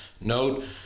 note